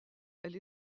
elle